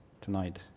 tonight